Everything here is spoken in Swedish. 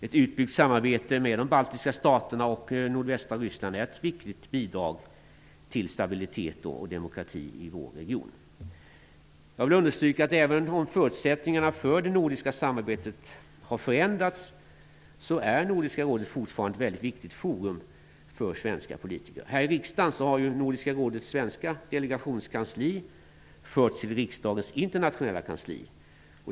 Ett utbyggt samarbete med de baltiska staterna och nordvästra Ryssland är ett viktigt bidrag till stabilitet och demokrati i vår region. Jag vill understryka att även om förutsättningarna för det nordiska samarbetet har förändrats är Nordiska rådet fortfarande ett väldigt viktigt forum för svenska politiker. Här i riksdagen har Nordiska rådets svenska delegations kansli förts till riksdagens internationella kansli.